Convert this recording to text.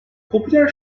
popüler